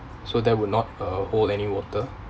so there would not uh owe any warder